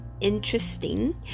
interesting